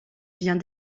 vient